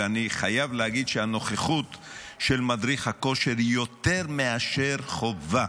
ואני חייב להגיד שהנוכחות של מדריך הכושר היא יותר מאשר חובה.